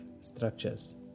structures